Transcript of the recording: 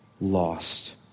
lost